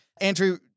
Andrew